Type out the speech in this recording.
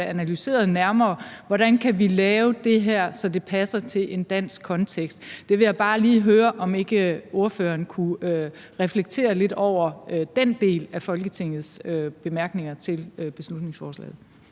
analyseret nærmere, hvordan vi kan lave det her, så det passer til en dansk kontekst. Jeg vil bare lige høre, om ikke ordføreren kunne reflektere lidt over den del af Folketingets bemærkninger til beslutningsforslaget.